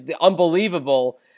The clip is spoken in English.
unbelievable